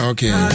Okay